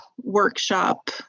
workshop